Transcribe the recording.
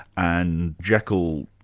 and jekyll,